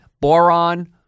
boron